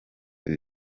ibi